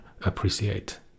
appreciate